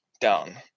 down